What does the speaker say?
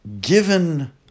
given